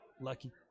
Lucky